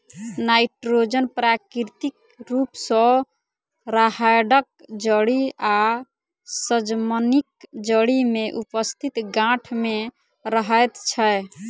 nitrogen प्राकृतिक रूप सॅ राहैड़क जड़ि आ सजमनिक जड़ि मे उपस्थित गाँठ मे रहैत छै